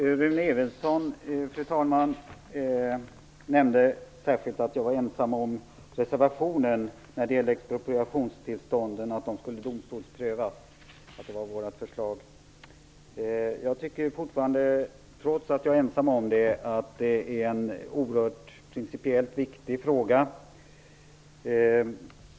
Fru talman! Rune Evensson nämnde särskilt att jag var ensam om reservationen när det gäller vårt förslag att expropriationstillstånd skulle prövas av domstol. Trots att jag är ensam om det tycker jag fortfarande att det är en oerhört principiellt viktig fråga.